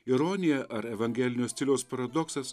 ironija ar evangelinio stiliaus paradoksas